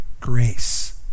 grace